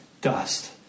dust